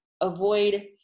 avoid